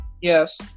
yes